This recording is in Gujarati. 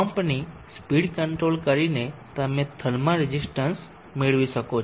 પંપ ની સ્પીડ કંટ્રોલ કરીને તમે થર્મલ રેઝિસ્ટન્સ બદલી શકો છો